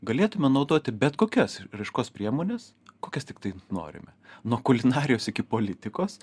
galėtume naudoti bet kokias išraiškos priemones kokias tiktai norime nuo kulinarijos iki politikos